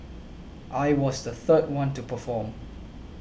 I was the third one to perform